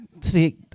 See